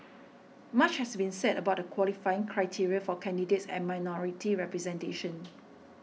much has been said about the qualifying criteria for candidates and minority representation